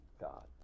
God